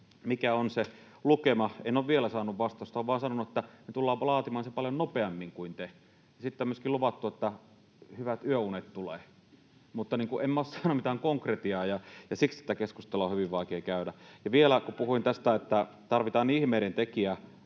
mikä on se lukema. En ole vielä saanut vastausta. On vain sanottu, että ”tullaan laatimaan se paljon nopeammin kuin te”. Sitten on myöskin luvattu, että hyvät yöunet tulee. Mutta en minä ole saanut mitään konkretiaa, ja siksi tätä keskustelua on hyvin vaikea käydä. Ja vielä, kun puhuin tästä, että tarvitaan ihmeidentekijä